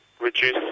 reduce